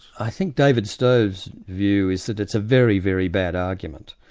i think david stove's view is that it's a very, very bad argument,